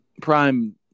prime –